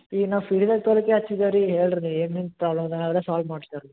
ಈಗ ನಾವು ಫೀಡ್ಬ್ಯಾಕ್ ತೊಗೊಳಿಕ್ಕೆ ಹಚ್ಚಿದೇವೆ ರೀ ಹೇಳಿರಿ ನೀವು ಏನೇನು ಪ್ರಾಬ್ಲಮ್ ನಾವೆಲ್ಲ ಸಾಲ್ ಮಾಡ್ಸ್ತೇವೆ ರೀ